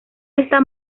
está